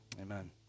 Amen